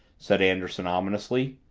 said anderson ominously.